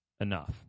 enough